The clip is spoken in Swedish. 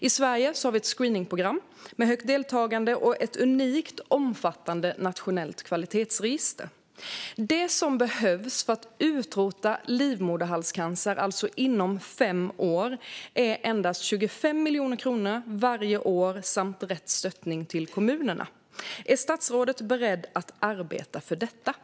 I Sverige har vi ett screeningprogram med högt deltagande och ett unikt omfattande nationellt kvalitetsregister. Det som behövs för att utrota livmoderhalscancer inom fem år är endast 25 miljoner kronor varje år samt rätt stöttning till kommunerna. Är statsrådet beredd att arbeta för detta?